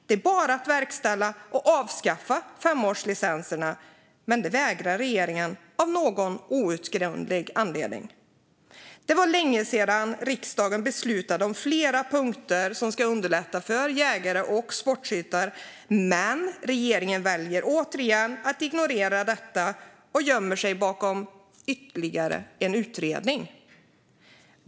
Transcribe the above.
Det är bara att verkställa och avskaffa femårslicenserna, men det vägrar regeringen av någon outgrundlig anledning att göra. Det var länge sedan som riksdagen beslutade om flera punkter som ska underlätta för jägare och sportskyttar. Men regeringen väljer återigen att ignorera detta och gömmer sig bakom ytterligare en utredning.